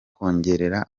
kongerera